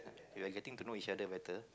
we are getting to know each other better